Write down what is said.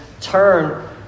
turn